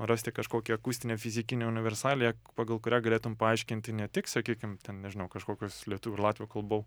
rasti kažkokią akustinę fizikinę universaliją pagal kurią galėtum paaiškinti ne tik sakykim ten nežinau kažkokius lietuvių ir latvių kalbų